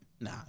nah